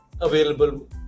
available